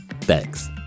Thanks